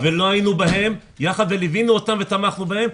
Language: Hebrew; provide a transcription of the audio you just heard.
הסמל ולא היינו בהם יחד ולוונו אותם ותמכנו בהם,